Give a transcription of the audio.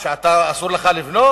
על זה שאסור לך לבנות?